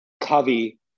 Covey